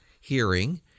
hearing